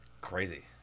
Crazy